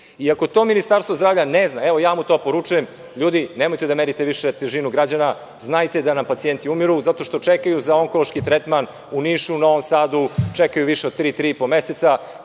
Ako to Ministarstvo zdravlja ne zna, ja mu to poručujem. Ljudi, nemojte da merite težinu građana. Znajte da nam pacijenti umiru zato što čekaju za onkološki tretman u Nišu, u Novom Sadu više od tri, tri